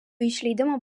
išleidimo